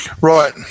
Right